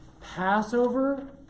Passover